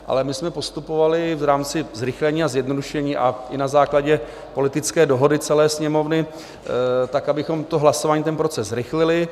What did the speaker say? Ale my jsme postupovali v rámci zrychlení a zjednodušení a i na základě politické dohody celé Sněmovny tak, abychom proces hlasování zrychlili.